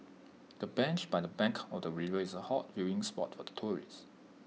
the bench by the bank of the river is A hot viewing spot for tourists